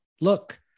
Look